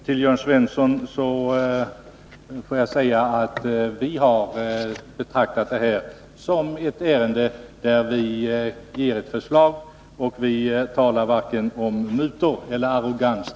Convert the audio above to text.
Till Jörn Svensson vill jag säga att vi har betraktat det här som ett ärende där vi avger ett förslag, och vi talar varken om mutor eller om arrogans.